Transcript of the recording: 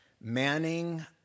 manning